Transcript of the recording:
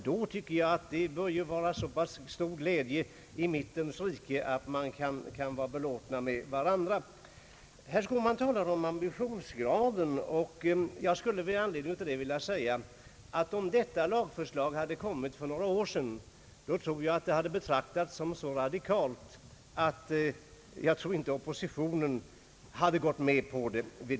Då tycker jag att det bör råda så pass stor glädje i mittens rike att de båda partierna kan vara belåtna med varandra. Herr Skårman talade om ambitionsgraden. Jag skulle med anledning av detta vilja säga att om det här lagförslaget hade kommit för några år sedan, hade det betraktats som så radikalt att oppositionen nog inte hade gått med på det då.